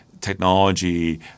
technology